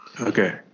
okay